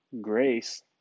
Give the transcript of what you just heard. grace